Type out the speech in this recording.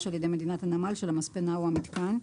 על ידי מדינת הנמל של המספנה או המיתקן".